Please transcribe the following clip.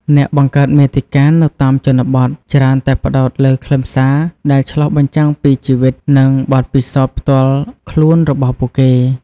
អ្នកបង្កើតមាតិកានៅតាមជនបទច្រើនតែផ្តោតលើខ្លឹមសារដែលឆ្លុះបញ្ចាំងពីជីវិត និងបទពិសោធន៍ផ្ទាល់ខ្លួនរបស់ពួកគេ។